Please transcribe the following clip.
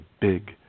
big